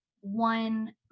one